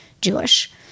Jewish